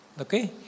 Okay